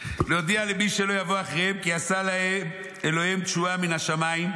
--- להודיע למי שלא יבוא אחריהם כי עשה להם אלוקיהם תשועה מן השמיים,